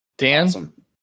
Dan